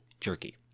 Jerky